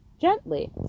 gently